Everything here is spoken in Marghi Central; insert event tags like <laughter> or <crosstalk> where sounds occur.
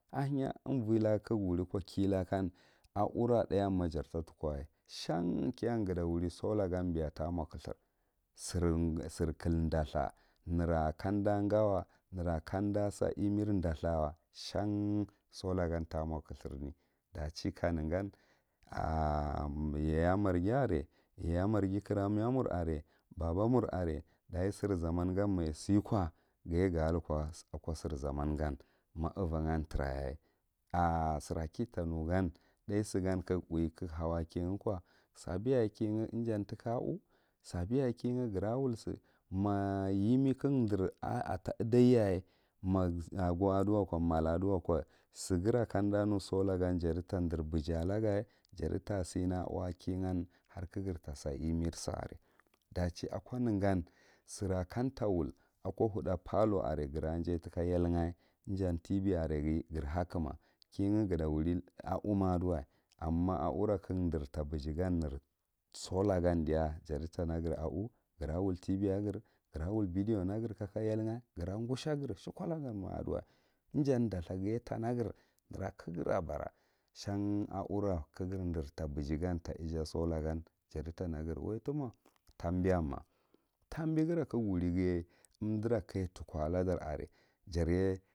Aheya umvo laka kagha wuri ko kilaka a u rathatan ma jar tatuko wa shan kiyan nhata wuri sola aan biya ta mur khethur sira klɗathur ɗathaw, nera kam unda gawa nera komɗa sa iman ɗathar wa shan sola gan ta mo kgthur, ɗachi kariegan <hesitation> yaya marghi are yaya marghi kira me mur are baba mur are ɗaye sir zaman gan ma ja siki ghiye ga liko aka sig zaman gan ma uva ha trayaye. <hesitation> sir akita nugan thgay sigan ka ga uhye ka ga haul a kiye gha ko sambi yaye kiye ta ka u sanbiyaye ghara wullsi, ma yi, i ka ga ɗre a ta iɗayyaye ma ago a ɗuwako, mala ɗuwa ko sigura kam umɗa ni solla gan jati ta are biyiy alaga jati ta sine a u akiyegha hour ka gir ta sa imirsa are ɗachi ako negan sira kamta wul ako hatha parlow are gira jaye tika yaɗga ija tibe are ghi gir hakama kiga ga ta wuri a u ma a ɗuwai amma a u ra ka ga are tabege gan her sola gan tiya ja tika nan a u gira wual tv ya gir, gira wul beɗdian fir kaka yalgha gira gushe shekolla gir ma aduwa ijar dathga ghiye ta ma gir gira ka gara bawa shan a u ra kagree ɗre ta beji gan ta ija sola gan jati ta hare, wa tumo tambi yanmo tambura kage wuri ghiye <unintelligible>